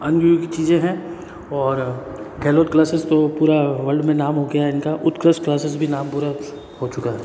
अन्यूक चीज़ें है और गहलोत क्लासिज़ तो पूरा वर्ल्ड में नाम हो गया है इनका उत्कृष्ट क्लासिज़ भी नाम पूरा हो चुका है